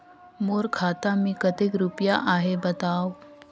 मोर खाता मे कतेक रुपिया आहे बताव?